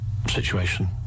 situation